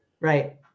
right